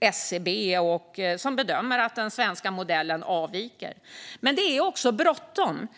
SCB bedömer att den svenska modellen avviker. Det är också bråttom.